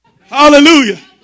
hallelujah